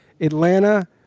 Atlanta